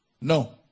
No